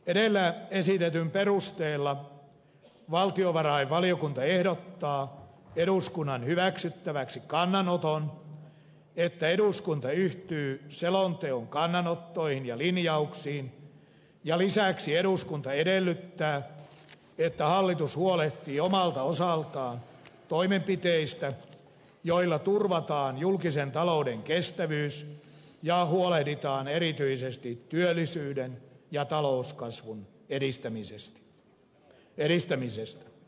edellä esitetyn perusteella valtiovarainvaliokunta ehdottaa eduskunnan hyväksyttäväksi kannanoton että eduskunta yhtyy selonteon kannanottoihin ja linjauksiin ja lisäksi eduskunta edellyttää että hallitus huolehtii omalta osaltaan toimenpiteistä joilla turvataan julkisen talouden kestävyys ja huolehditaan erityisesti työllisyyden ja talouskasvun edistämisestä